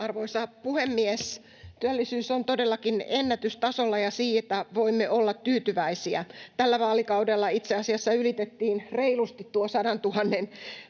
Arvoisa puhemies! Työllisyys on todellakin ennätystasolla, ja siitä voimme olla tyytyväisiä. Tällä vaalikaudella itse asiassa ylitettiin reilusti tuo 100 000 uuden